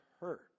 hurt